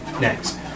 next